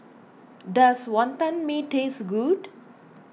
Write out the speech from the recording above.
does Wantan Mee taste good